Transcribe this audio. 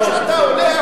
כשאתה עולה,